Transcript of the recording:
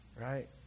right